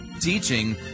Teaching